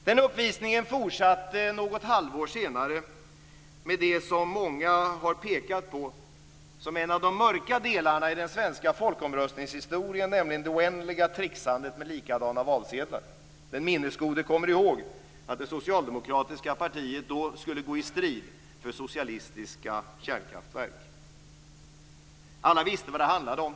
Den uppvisningen fortsatte något halvår senare med det som många har pekat på som en av de mörka delarna i den svenska folkomröstningshistorien, nämligen det oändliga tricksandet med olika valsedlar. Den minnesgode kommer ihåg att det socialdemokratiska partiet då skulle gå i strid för socialistiska kärnkraftverk. Alla visste vad det handlade om.